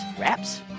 wraps